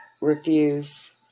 refuse